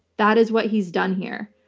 that is what he's done here.